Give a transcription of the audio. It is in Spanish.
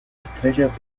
estrellas